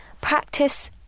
Practice